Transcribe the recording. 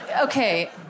okay